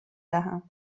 دهم